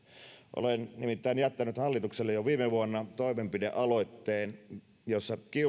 olen nimittäin jättänyt hallitukselle jo viime vuonna toimenpidealoitteen jossa